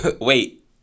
Wait